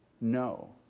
No